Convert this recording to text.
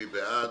מי בעד?